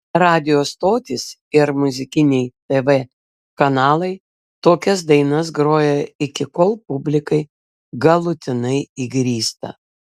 radijo stotys ir muzikiniai tv kanalai tokias dainas groja iki kol publikai galutinai įgrysta